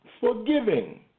forgiving